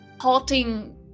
halting